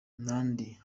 nnamdi